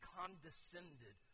condescended